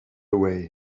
away